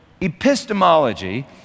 Epistemology